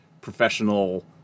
professional